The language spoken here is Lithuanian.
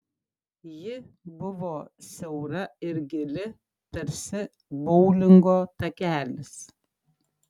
ji buvo siaura ir gili tarsi boulingo takelis